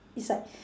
it's like